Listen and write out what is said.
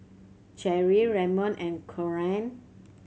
Cherrie Ramon and Corene